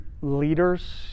leaders